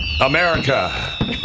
America